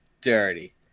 Dirty